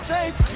Safe